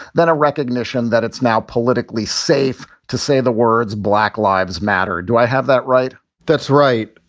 then a recognition that it's now politically safe to say the words black lives matter. do i have that right? that's right.